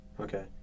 okay